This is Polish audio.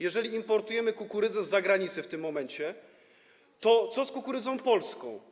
Jeżeli importujemy kukurydzę z zagranicy w tym momencie, to co z kukurydzą polską?